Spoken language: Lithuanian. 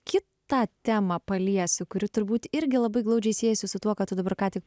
kitą temą paliesiu kuri turbūt irgi labai glaudžiai siejasi su tuo ką tu dabar ką tik